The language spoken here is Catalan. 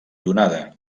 donada